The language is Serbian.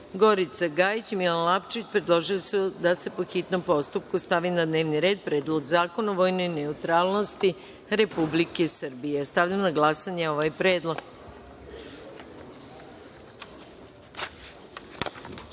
Gorica Gajić i Milan Lapčević predložili su da se, po hitnom postupku, stavi na dnevni red Predlog zakona o vojnoj neutralnosti Republike Srbije. Stavljam na glasanje ovaj